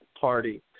Party